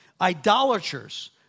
idolaters